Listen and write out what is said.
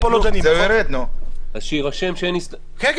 אז שיירשם שאין --- כן.